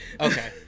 okay